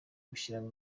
gushyiramo